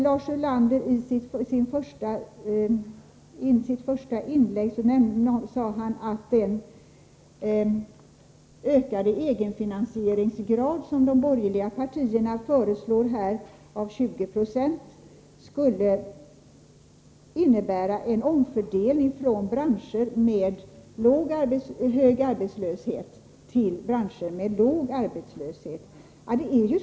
Lars Ulander sade i sitt första inlägg att den ökade egenfinansieringsgrad som de borgerliga partierna föreslår på 20 70, skulle innebära en omfördelning från branscher med hög arbetslöshet till branscher med låg arbetslöshet.